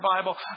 Bible